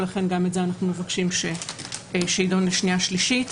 ולכן גם בזה אנחנו מבקשים שיידון לקריאה השנייה ולקריאה השלישית.